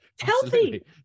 healthy